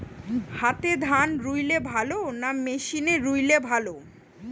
হাতে ধান রুইলে ভালো না মেশিনে রুইলে ভালো?